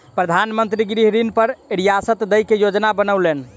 प्रधान मंत्री गृह ऋण पर रियायत दय के योजना बनौलैन